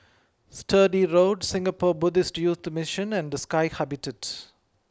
Sturdee Road Singapore Buddhist Youth Mission and Sky Habitat